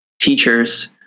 teachers